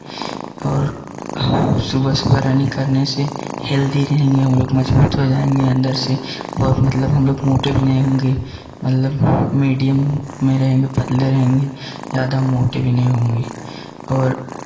और सुबह सुबह रनिंग करने से हेल्दी रहेंगे हम लोग मज़बूत हो जाएँगे अन्दर से और मतलब हम लोग मोटे भी नहीं होंगे मतलब मेडियम में रहेंगे पतले रहेंगे ज़्यादा मोटे भी नहीं होंगे और